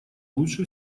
лучше